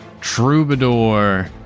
Troubadour